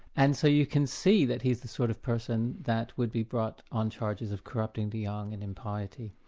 and so you can see that he is the sort of person that would be brought on charges of corrupting the young and impiety.